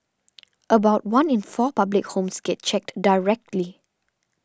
about one in four public homes gets checked directly